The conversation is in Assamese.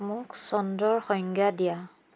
মোক চন্দ্ৰৰ সংজ্ঞা দিয়া